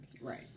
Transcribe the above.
Right